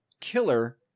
killer